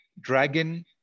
dragon